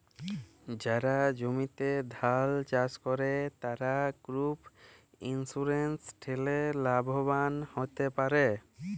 যারা জমিতে ধাল চাস করে, তারা ক্রপ ইন্সুরেন্স ঠেলে লাভবান হ্যতে পারে